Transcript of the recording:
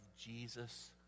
Jesus